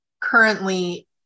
currently